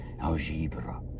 Algebra